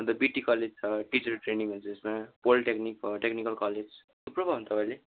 अन्त BT college छ teachers training हुन्छ यसमा पोलिटेक्निक भयो टेक्निकल कलेज थुप्रो पाउनुहुन्छ तपाईँले